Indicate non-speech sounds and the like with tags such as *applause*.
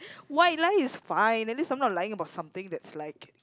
*noise* white lie is fine at least I'm not lying about something that's like